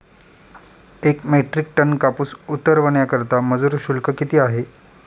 एक metric ton कापूस उतरवण्याकरता मजूर शुल्क किती आहे?